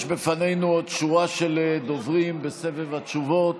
יש בפנינו עוד שורה של דוברים בסבב התשובות.